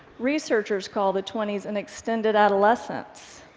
researchers call the twenty s an extended adolescence.